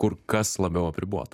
kur kas labiau apribota